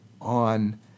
on